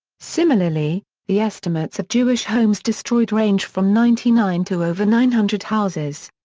similarly, the estimates of jewish homes destroyed range from ninety nine to over nine hundred houses.